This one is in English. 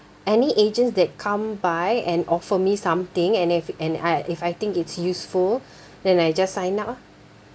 any agents that come by and offer me something and if and I if I think it's useful then I just sign up ah